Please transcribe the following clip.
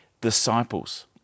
disciples